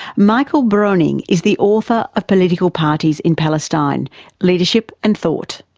michael broning is the author of political parties in palestine leadership and thought.